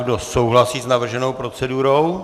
Kdo souhlasí s navrženou procedurou?